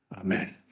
amen